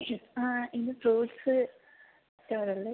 ആ ഇത് fruits store അല്ലേ